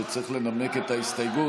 שצריך לנמק את ההסתייגות,